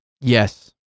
yes